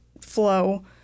flow